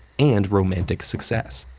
and romantic success.